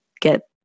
get